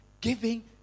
giving